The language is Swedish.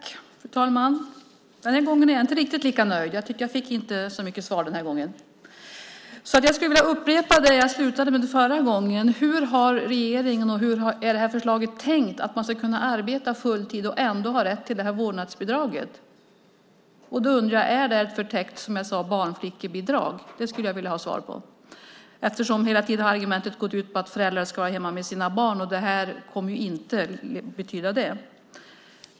Fru talman! Den här gången är jag inte riktigt lika nöjd. Jag tycker inte att jag fick så mycket svar den här gången. Jag skulle vilja upprepa det jag slutade med förra gången: Hur har regeringen tänkt i förslaget om att man ska kunna arbeta full tid och ändå ha rätt till vårdnadsbidrag? Jag undrar om det, som jag sade, är ett förtäckt barnflickebidrag. Det skulle jag vilja ha svar på, eftersom argumenten hela tiden har gått ut på att föräldrar ska vara hemma med sina barn och det här inte kommer att betyda det.